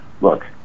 look